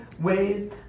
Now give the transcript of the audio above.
ways